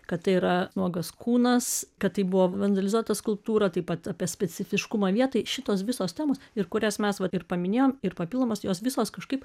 kad tai yra nuogas kūnas kad tai buvo vandalizuota skulptūra taip pat apie specifiškumą vietoj šitos visos temos ir kurias mes vat ir paminėjom ir papildomos jos visos kažkaip